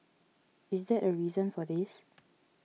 is that a reason for this